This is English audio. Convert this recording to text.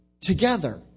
together